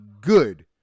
good